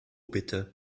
bitte